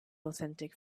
authentic